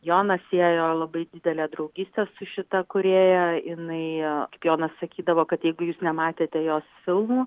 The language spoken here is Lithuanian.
joną siejo labai didelė draugystė su šita kūrėja jinai jonas sakydavo kad jeigu jūs nematėte jos filmų